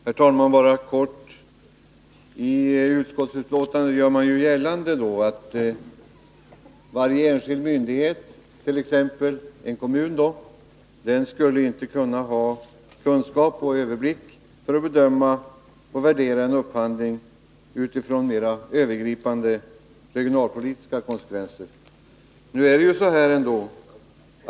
Herr talman! I betänkandet gör man gällande att varje enskild myndighet, t.ex. en kommun, inte kan ha den kunskap och överblick som krävs för att kunna värdera en upphandlings mera övergripande regionalpolitiska konsekvenser.